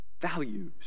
values